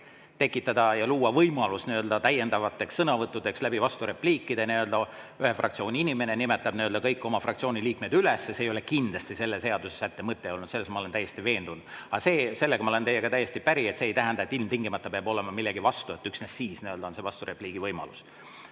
et tekitada ja luua võimalusi täiendavateks sõnavõttudeks vasturepliikide näol nii, et ühe fraktsiooni inimene nimetab kõiki oma fraktsiooni liikmeid. See ei ole kindlasti selle seadusesätte mõte olnud, selles ma olen täiesti veendunud. Aga samas ma olen täiesti päri, et see ei tähenda, et ilmtingimata peab olema millegi vastu, et üksnes siis on vasturepliigi võimalus.